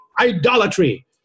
Idolatry